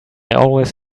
always